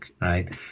right